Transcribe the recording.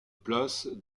place